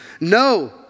No